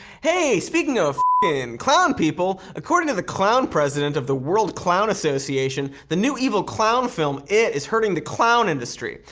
hey, speaking of clown people, according to the clown president of the world clown association, the new evil clown film it is hurting the clown industry.